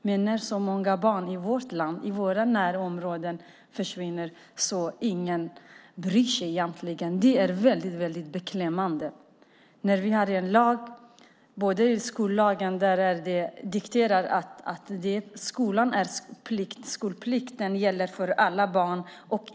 Men när så många barn i vårt land och i vårt närområde försvinner bryr sig ingen egentligen. Det är väldigt beklämmande. I skollagen dikteras det att skolplikten gäller för alla barn.